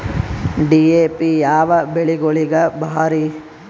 DAP ಯಾವ ಬೆಳಿಗೊಳಿಗ ಭಾರಿ?